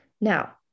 Now